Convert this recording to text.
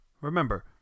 Remember